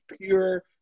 pure